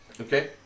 Okay